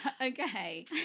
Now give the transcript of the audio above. Okay